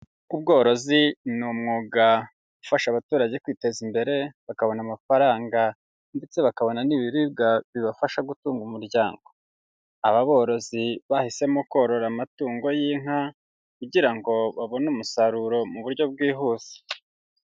Ubworozi ni umwuga ufasha abaturage kwiteza imbere, bakabona amafaranga, ndetse bakabona n'ibiribwa bibafasha gutunga umuryango. Aba borozi bahisemo korora amatungo y'inka, kugira ngo babone umusaruro mu buryo bwihuse.